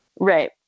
Right